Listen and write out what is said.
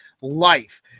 life